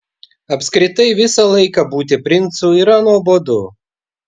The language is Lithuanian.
apskritai visą laiką būti princu yra nuobodu